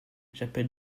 j’appelle